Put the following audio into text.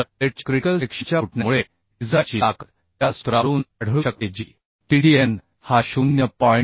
तर प्लेटच्या क्रिटिकल सेक्शनच्या फुटण्यामुळे डिझाइनची ताकद या सूत्रावरून आढळू शकते जी TDN हा 0